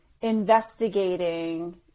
investigating